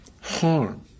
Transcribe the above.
harm